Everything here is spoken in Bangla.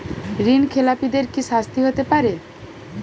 ঋণ খেলাপিদের কি শাস্তি হতে পারে?